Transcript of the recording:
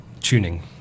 tuning